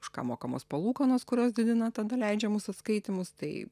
už ką mokamos palūkanos kurios didina tada leidžiamus atskaitymus tai